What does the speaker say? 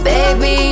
Baby